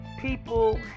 People